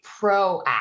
proactive